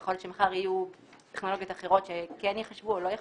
ויכול להיות שמחר יהיו טכנולוגיות אחרות שכן ייחשבו או לא ייחשבו,